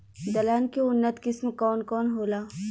दलहन के उन्नत किस्म कौन कौनहोला?